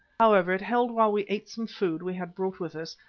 however, it held while we ate some food we had brought with us,